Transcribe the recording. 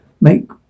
make